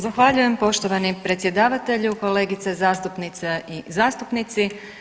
Zahvaljujem poštovani predsjedavatelju, kolegice zastupnice i zastupnici.